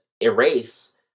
erase